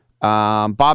Bob